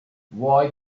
why